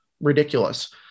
ridiculous